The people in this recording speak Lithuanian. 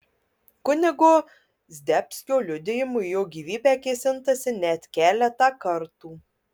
kunigo zdebskio liudijimu į jo gyvybę kėsintasi net keletą kartų